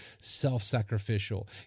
self-sacrificial